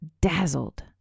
dazzled